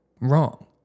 wrong